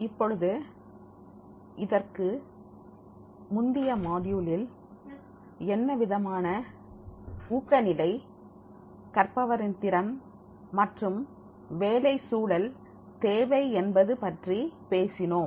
இப்பொழுது இதற்கு முந்தைய மாட்யூலில் என்னவிதமான ஊக்க நிலை கற்பவரின் திறன் மற்றும் வேலை சூழல் தேவை என்பது பற்றி பேசினோம்